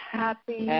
happy